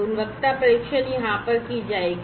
गुणवत्ता परीक्षण यहाँ पर कि जाएगी